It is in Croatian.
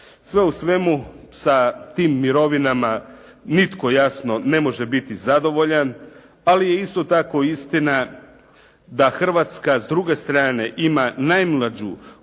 Sve u svemu sa tim mirovinama nitko jasno ne može biti zadovoljan, ali je isto tako istina da Hrvatska s druge strane ima najmlađu